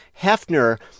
Hefner